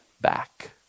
back